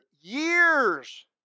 years